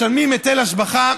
משלמים היטל השבחה